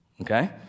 okay